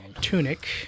Tunic